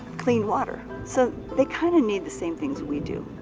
clean water. so they kind of need the same things we do.